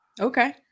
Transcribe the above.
Okay